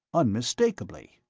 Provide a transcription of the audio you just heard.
unmistakably.